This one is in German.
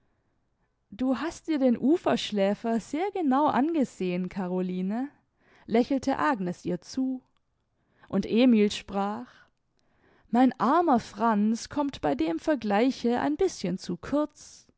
du hast dir den uferschläfer sehr genau angesehn caroline lächelte agnes ihr zu und emil sprach mein armer franz kommt bei dem vergleiche ein bißchen zu kurz